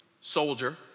Soldier